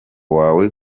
wawe